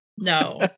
no